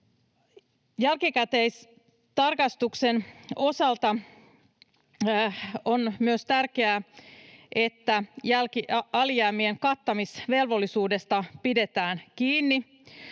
Jälkikäteistarkastuksen osalta on myös tärkeää, että alijäämien kattamisvelvollisuudesta pidetään kiinni.